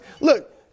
Look